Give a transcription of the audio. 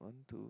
one two